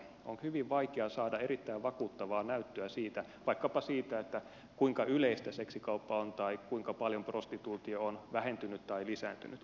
on hyvin vaikea saada erittäin vakuuttavaa näyttöä vaikkapa siitä kuinka yleistä seksikauppa on tai kuinka paljon prostituutio on vähentynyt tai lisääntynyt